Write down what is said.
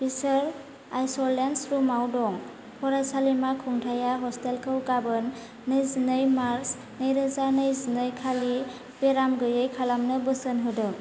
बिसोर आइस'लेसन रुमाव दं फरायसालिमा खुंथायआ हस्टेलखौ गामोन नैजिनै मार्च नैरोजा नैजिनैखालि बेराम गैयै खालामनो बोसोन होदों